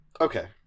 Okay